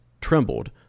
trembled